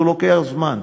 הוא לוקח זמן.